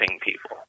people